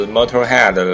Motorhead